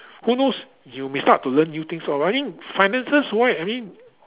who knows you may start to learn new things lor I mean finances wise I mean